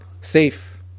safe